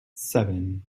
seven